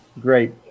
Great